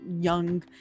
young